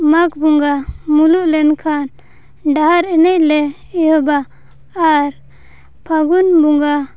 ᱢᱟᱜᱽ ᱵᱚᱸᱜᱟ ᱢᱩᱞᱩᱜ ᱞᱮᱱᱠᱷᱟᱱ ᱰᱟᱦᱟᱨ ᱮᱱᱮᱡ ᱞᱮ ᱮᱦᱚᱵᱟ ᱟᱨ ᱯᱷᱟᱹᱜᱩᱱ ᱵᱚᱸᱜᱟ